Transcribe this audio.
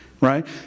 right